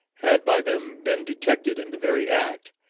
had by them been detected in the very act,